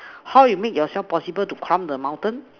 how you make yourself possible to climb the mountain